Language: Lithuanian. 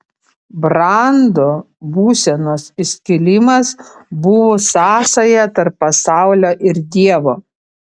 brando būsenos įskilimas buvo sąsaja tarp pasaulio ir dievo